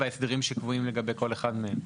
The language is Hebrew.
וההסדרים שקבועים לגבי כל אחד מהם.